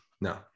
no